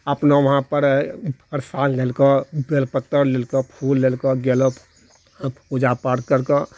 अपनो वहाँपर प्रसाद लेलको बेलपत्तर लेलको फूल लेलको गेलो पूजा पाठ करलको